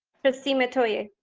trustee metoyer.